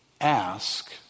ask